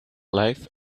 life